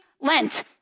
Lent